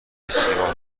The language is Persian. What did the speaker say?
سیاه